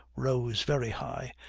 rose very high,